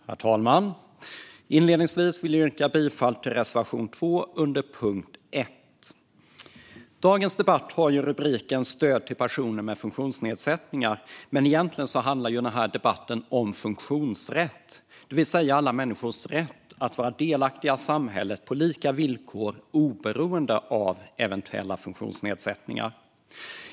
Herr talman! Inledningsvis vill jag yrka bifall till reservation 2 under punkt 1. Dagens betänkande har rubriken Stöd till personer med funktionsnedsättning , men egentligen handlar debatten om funktionsrätt, det vill säga alla människors rätt att vara delaktiga i samhället på lika villkor oberoende av eventuella funktionsnedsättningar.